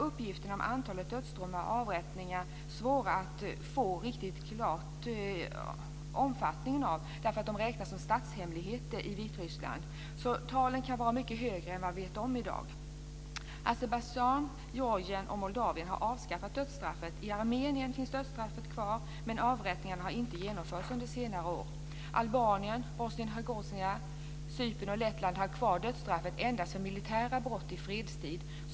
Uppgifterna om antalet dödsdomar och avrättningar är svåra att få eftersom de räknas som statshemligheter i Vitryssland. Antalen kan vara mycket högre än vad vi vet i dag. Azerbajdzjan, Georgien och Moldavien har avskaffat dödsstraffet. I Armenien finns dödsstraffet kvar, men avrättningar har inte genomförts under senare år. Albanien, Bosnien-Hercegovina, Cypern och Lettland har kvar dödsstraffet endast för militära brott i fredstid.